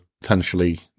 potentially